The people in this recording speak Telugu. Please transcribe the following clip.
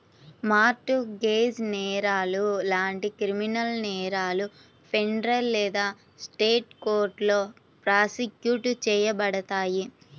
మార్ట్ గేజ్ నేరాలు లాంటి క్రిమినల్ నేరాలు ఫెడరల్ లేదా స్టేట్ కోర్టులో ప్రాసిక్యూట్ చేయబడతాయి